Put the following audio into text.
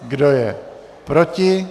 Kdo je proti?